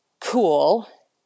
cool